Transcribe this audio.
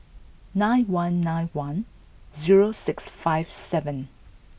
nine one nine one zero six five seven